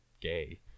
gay